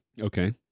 Okay